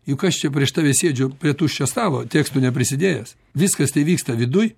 juk aš čia prieš tave sėdžiu prie tuščio stalo tekstų neprisidėjęs viskas tai vyksta viduj